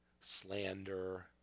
slander